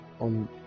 on